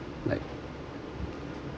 like